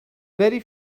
very